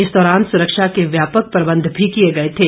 इस दौरान सुरक्षा के व्यापक प्रबंध भी किए गए थे